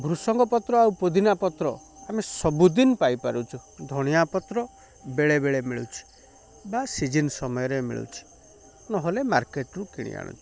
ଭୃଷଙ୍ଗ ପତ୍ର ଆଉ ପୁଦିନା ପତ୍ର ଆମେ ସବୁଦିନ ପାଇପାରୁଛୁ ଧଣିଆ ପତ୍ର ବେଳେ ବେଳେ ମିଳୁଛି ବା ସିଜିନ୍ ସମୟରେ ମିଳୁଛି ନହେଲେ ମାର୍କେଟ୍ରୁ କିଣି ଆଣୁଛୁ